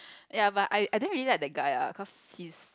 ya but I I don't really like the guy lah cause he's